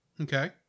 Okay